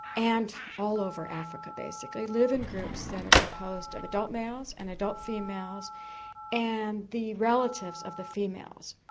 and all over africa basically, live in groups that are composed of adult males and adult females and the relatives of the females.